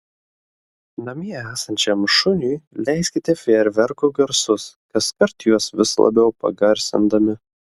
namie esančiam šuniui leiskite fejerverkų garsus kaskart juos vis labiau pagarsindami